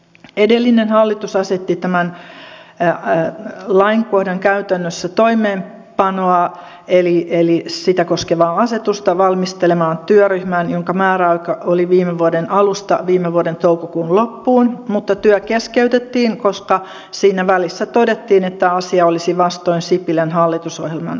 edellinen hallitus asetti tämän lainkohdan käytännössä toimeenpanoa eli sitä koskevaa asetusta valmistelemaan työryhmän jonka määräaika oli viime vuoden alusta viime vuoden toukokuun loppuun mutta työ keskeytettiin koska siinä välissä todettiin että asia olisi vastoin sipilän hallitusohjelman linjauksia